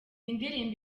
indirimbo